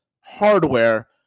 hardware